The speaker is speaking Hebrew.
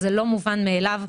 וזה לא מובן מאליו,